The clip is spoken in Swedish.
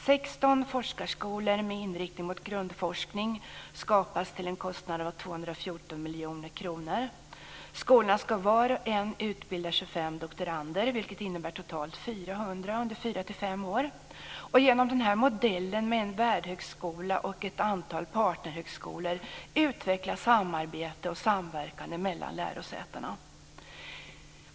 16 forskarskolor med inriktning på grundforskning skapas till en kostnad av 214 miljoner kronor. Skolorna ska var och en utbilda 25 doktorander, vilket innebär totalt 400 under fyra till fem år. Genom den här modellen med en värdehögskola och ett antal partnerhögskolor utvecklas samarbete och samverkan mellan lärosätena.